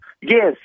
Yes